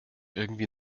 irgendwie